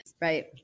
Right